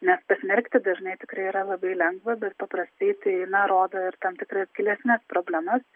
nes pasmerkti dažnai tikrai yra labai lengva bet paprastai tai na rodo ir tam tikras gilesnes problemas